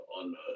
on